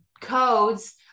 codes